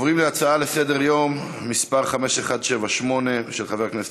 אנחנו עוברים להצעה לסדר-היום מס' 5178 של חבר הכנסת